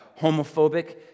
homophobic